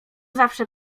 zawsze